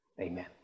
Amen